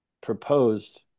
proposed